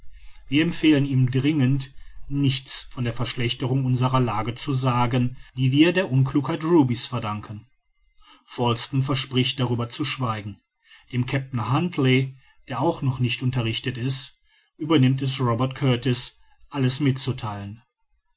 wir empfehlen ihm dringend nichts von der verschlechterung unserer lage zu sagen die wir der unklugheit ruby's verdanken falsten verspricht darüber zu schweigen dem kapitän huntly der auch noch nicht unterrichtet ist übernimmt es robert kurtis alles mitzutheilen